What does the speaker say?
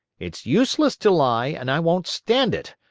it's useless to lie, and i won't stand it.